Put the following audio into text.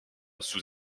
sous